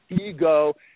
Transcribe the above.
ego